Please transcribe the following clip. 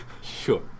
Sure